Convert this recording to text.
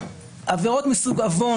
בעבירות מסוג עוון,